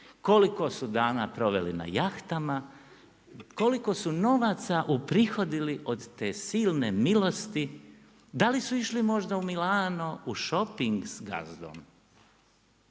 koliko su dana proveli na jahtama, koliko su novaca uprihodili od te silne milosti, da li su išli možda u Milano u šoping s gazdom.